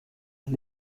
and